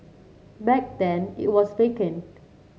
back then it was vacant